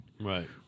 Right